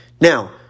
Now